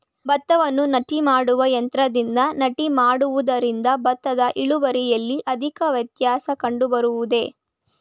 ಭತ್ತವನ್ನು ನಾಟಿ ಮಾಡುವ ಯಂತ್ರದಿಂದ ನಾಟಿ ಮಾಡುವುದರಿಂದ ಭತ್ತದ ಇಳುವರಿಯಲ್ಲಿ ಅಧಿಕ ವ್ಯತ್ಯಾಸ ಕಂಡುಬರುವುದೇ?